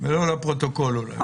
ולא לפרוטוקול אולי.